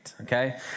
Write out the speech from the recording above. okay